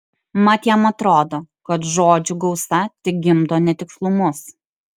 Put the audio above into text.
mat jam atrodo kad žodžių gausa tik gimdo netikslumus